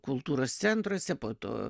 kultūros centruose po to